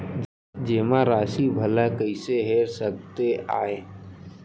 जेमा राशि भला कइसे हेर सकते आय?